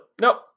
Nope